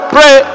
Pray